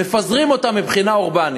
מפזרים אותם מבחינה אורבנית,